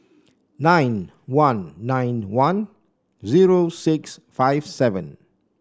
nine one nine one zero six five seven